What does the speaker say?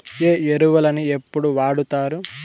ఏ ఎరువులని ఎప్పుడు వాడుతారు?